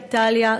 איטליה,